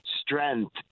strength